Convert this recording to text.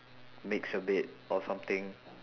makes your bed or something